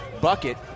bucket